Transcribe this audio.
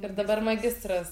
ir dabar magistras o